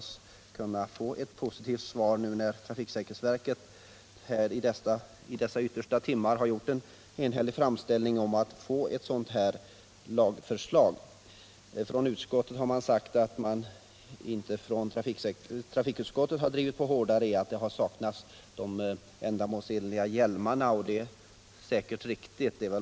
Jag hoppas få ett positivt svar nu, när trafiksäkerhetsverket i dessa yttersta dagar har gjort en enhällig framställning om att få ett sådant lagförslag. Trafikutskottet har sagt att orsaken till att utskottet inte har drivit på hårdare i denna fråga är att ändamålsenliga hjälmar har saknats. Detta är säkert riktigt.